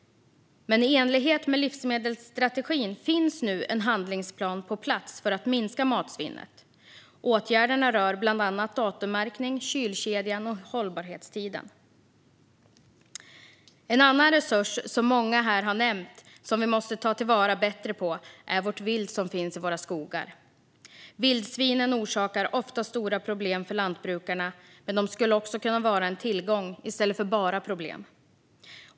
Men i enlighet med livsmedelsstrategin finns det nu en handlingsplan på plats för att minska matsvinnet. Åtgärderna rör bland annat datummärkning, kylkedjan och hållbarhetstiden. En annan resurs som många här har nämnt och som vi måste ta till vara bättre är viltet som finns i våra skogar. Vildsvinen orsakar ofta stora problem för lantbrukarna, men de skulle också kunna vara en tillgång i stället för bara ett problem.